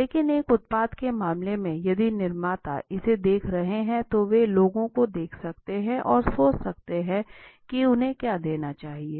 लेकिन एक उत्पाद के मामले में यदि निर्माता इसे देख रहे हैं तो वे लोगों को देख सकते हैं और सोच सकते हैं कि उन्हें क्या देना चाहिए